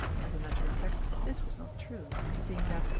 as a matter of fact, this was not true, seeing that,